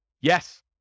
Yes